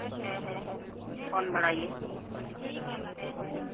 ᱦᱮᱸ ᱦᱮᱸ ᱦᱮᱸ ᱯᱷᱳᱱ ᱵᱟᱲᱟᱭᱟᱹᱧ ᱦᱮᱸ ᱦᱮᱸ